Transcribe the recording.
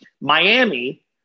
Miami